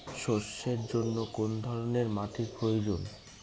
সরষের জন্য কোন ধরনের মাটির প্রয়োজন?